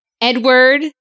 Edward